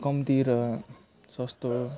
कम्ती र सस्तो